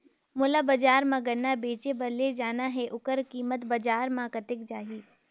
मोला बजार मां गन्ना बेचे बार ले जाना हे ओकर कीमत बजार मां कतेक जाही?